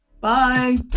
bye